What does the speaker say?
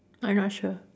I'm not sure